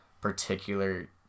particular